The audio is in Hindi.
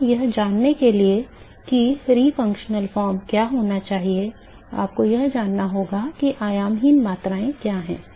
तो यह जानने के लिए कि पुन कार्यात्मक रूप क्या होना चाहिए आपको यह जानना होगा कि आयामहीन मात्राएँ क्या हैं